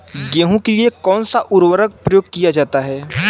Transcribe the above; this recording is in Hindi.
गेहूँ के लिए कौनसा उर्वरक प्रयोग किया जाता है?